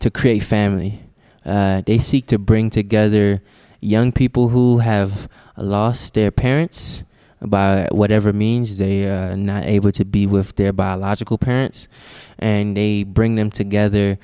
to create family they seek to bring together young people who have lost their parents and by whatever means they're not able to be with their biological parents and they bring them together